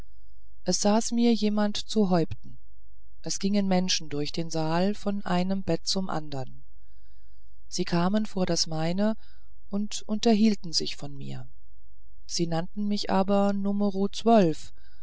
es saß mir jemand zu häupten es gingen menschen durch den saal von einem bette zum andern sie kamen vor das meine und unterhielten sich von mir sie nannten mich aber numero zwölf